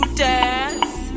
dance